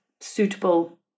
suitable